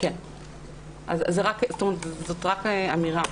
אז זאת רק אמירה.